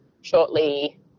shortly